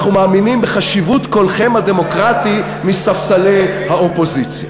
אנחנו מאמינים בחשיבות קולכם הדמוקרטי מספסלי האופוזיציה.